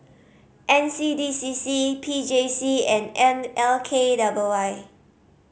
N C D C C P J C and N L K W Y